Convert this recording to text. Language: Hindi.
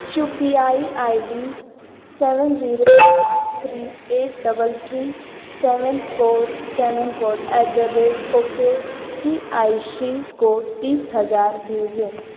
you P I I D seven zero five three eight double three seven four seven four eight the rate okay C I C को तीस हज़ार भेजें